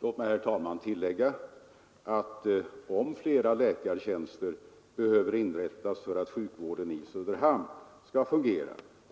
Låt mig, herr talman, tillägga att om flera läkartjänster behöver inrättas för att sjukvården i Söderhamn skall fungera,